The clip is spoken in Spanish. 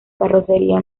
carrocería